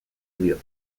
diot